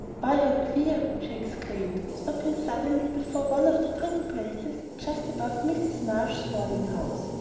why, how queer! she exclaimed, stopping suddenly before one of the pretty places just above mrs. marsh's boarding-house.